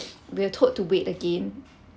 we were told to wait again